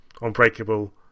Unbreakable